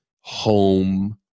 home